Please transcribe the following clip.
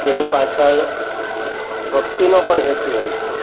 જેની પાછળ ભક્તિનો પણ હેતુ હોય છે